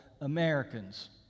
Americans